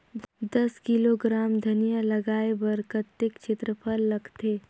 दस किलोग्राम धनिया लगाय बर कतेक क्षेत्रफल लगथे?